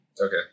Okay